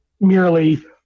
merely